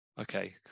okay